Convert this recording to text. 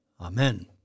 Amen